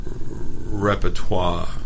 repertoire